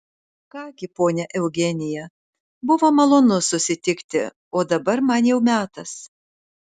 ką gi ponia eugenija buvo malonu susitikti o dabar man jau metas